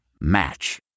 Match